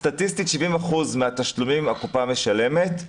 סטטיסטית 70% מן התשלומים הקופה משלמת,